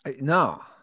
No